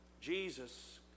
Jesus